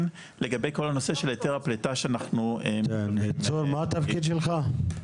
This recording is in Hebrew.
לגבי כל הנושא של ההיתר הפליטה שאנחנו --- צור מה התפקיד שלך?